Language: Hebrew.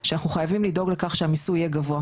שאנחנו חייבים לדאוג לכך שהמיסוי יהיה גבוה.